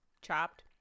chopped